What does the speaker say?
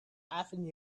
avenue